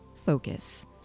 focus